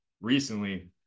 recently